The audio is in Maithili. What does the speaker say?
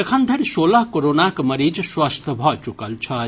एखनधरि सोलह कोरोनाक मरीज स्वस्थ भऽ च्रकल छथि